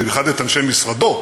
במיוחד את אנשי משרדו,